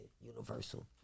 Universal